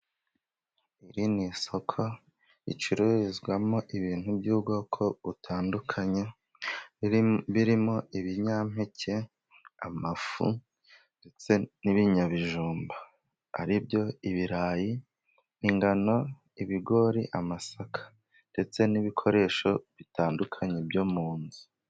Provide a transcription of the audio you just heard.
Iri ni isoko ricururizwamo ibintu by'ubwoko butandukanye birimo ibinyampeke, amafu ndetse n'ibinyabijumba ari byo ibirayi, ingano, ibigori, amasaka ndetse n'ibikoresho bitandukanye byo mu nzu.